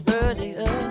earlier